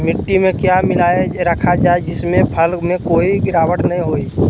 मिट्टी में क्या मिलाया रखा जाए जिससे फसल में कोई गिरावट नहीं होई?